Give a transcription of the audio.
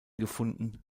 gefunden